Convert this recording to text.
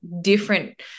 different